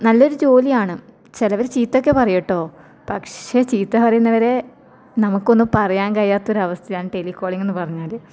നല്ലൊരു ജോലിയാണ് ചിലർ ചീത്ത ഒക്കെ പറയും കേട്ടോ പക്ഷേ ചീത്ത പറയുന്നവരെ നമുക്കൊന്നും പറയാൻ കഴിയാത്ത ഒരവസ്ഥയാണ് ടെലികോളിങ് എന്ന് പറഞ്ഞാൽ